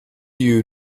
you